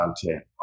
content